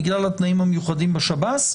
בגלל התנאים המיוחדים בשב"ס,